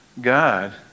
God